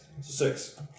six